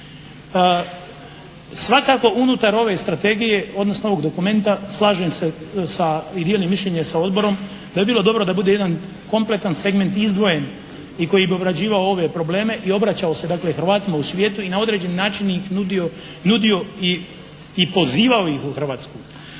Svakako unutar ove strategije, odnosno ovog dokumenta slažem se sa i dijelim mišljenje sa odborom, da bi bilo dobro da bude jedan kompletan segment izdvojen i koji bi obrađivao ove probleme i obraćao se dakle Hrvatima u svijetu i na određeni način ih nudio i pozivao ih u Hrvatsku.